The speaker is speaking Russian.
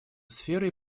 сферой